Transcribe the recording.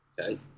Okay